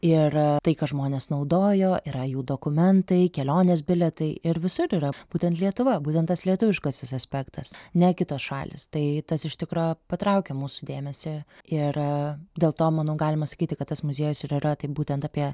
ir tai ką žmonės naudojo yra jų dokumentai kelionės bilietai ir visur yra būtent lietuva būtent tas lietuviškasis aspektas ne kitos šalys tai tas iš tikro patraukė mūsų dėmesį ir dėl to manau galima sakyti kad tas muziejus ir yra tai būtent apie